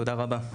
תודה רבה.